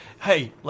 hey